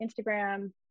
Instagram